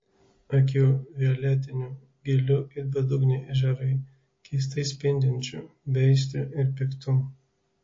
akių violetinių gilių it bedugniai ežerai keistai spindinčių beaistrių ir piktų